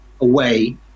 away